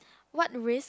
what risk